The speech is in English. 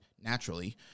naturally